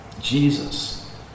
Jesus